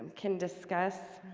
can discuss